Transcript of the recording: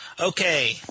Okay